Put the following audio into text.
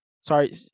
Sorry